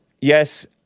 yes